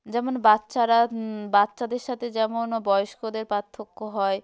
যেমন বাচ্ছারা বাচ্ছাদের সাথে যেমন বয়স্কদের পার্থক্য হয়